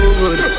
good